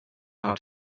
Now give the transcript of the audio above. how